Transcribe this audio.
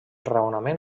raonament